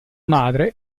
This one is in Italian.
madre